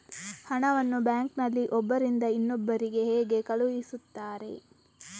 ಹಣವನ್ನು ಬ್ಯಾಂಕ್ ನಲ್ಲಿ ಒಬ್ಬರಿಂದ ಇನ್ನೊಬ್ಬರಿಗೆ ಹೇಗೆ ಕಳುಹಿಸುತ್ತಾರೆ?